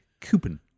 Coupon